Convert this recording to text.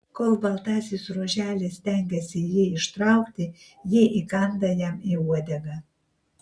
kol baltasis ruoželis stengiasi jį ištraukti ji įkanda jam į uodegą